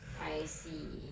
I see